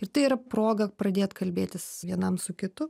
ir tai yra proga pradėt kalbėtis vienam su kitu